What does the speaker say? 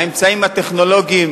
האמצעים הטכנולוגיים